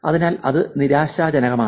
അതിനാൽ അത് നിരാശാജനകമാണ്